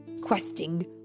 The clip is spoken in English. Questing